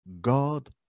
God